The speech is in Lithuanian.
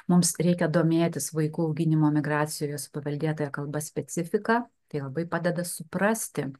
mums reikia domėtis vaikų auginimo migracijoje su paveldėtąja kalba specifiką tai labai padeda suprasti